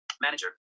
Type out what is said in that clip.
Manager